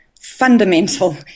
fundamental